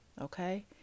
Okay